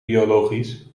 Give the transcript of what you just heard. biologisch